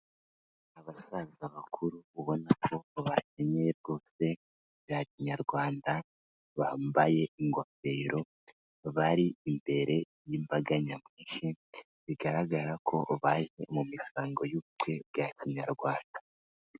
Abasaza bakuru ubona ko bakenye rwose bya Kinyarwanda, bambaye ingofero bari imbere y'imbaga nyamwinshi, bigaragara ko baje mu misango y'ubukwe bwa Kinyarwanda.